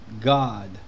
God